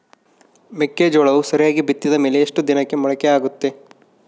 ಮೆಕ್ಕೆಜೋಳವು ಸರಿಯಾಗಿ ಬಿತ್ತಿದ ಮೇಲೆ ಎಷ್ಟು ದಿನಕ್ಕೆ ಮೊಳಕೆಯಾಗುತ್ತೆ?